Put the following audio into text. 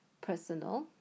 personal